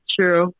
true